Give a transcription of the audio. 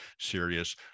serious